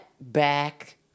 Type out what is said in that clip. back